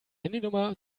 handynummer